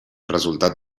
resultat